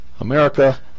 America